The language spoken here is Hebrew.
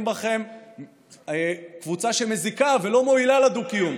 בכם קבוצה שמזיקה ולא מועילה לדו-קיום,